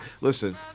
listen